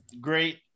great